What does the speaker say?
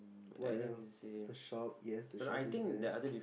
what else the shop yes the shop is there